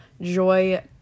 joy